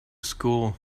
school